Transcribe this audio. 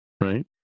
right